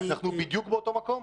אנחנו בדיוק באותו מקום,